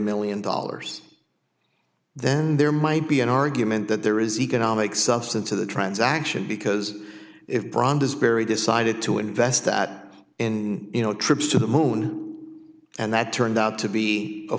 million dollars then there might be an argument that there is economic substance to the transaction because if brander's very decided to invest that in you know trips to the moon and that turned out to be a